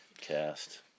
cast